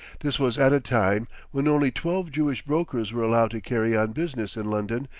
this was at a time when only twelve jewish brokers were allowed to carry on business in london,